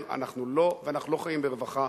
והוא אומר: אנחנו לא חיים ברווחה,